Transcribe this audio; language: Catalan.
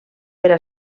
era